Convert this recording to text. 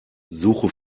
suche